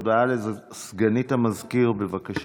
הודעה לסגנית המזכיר, בבקשה.